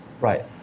Right